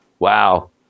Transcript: Wow